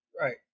Right